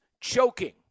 choking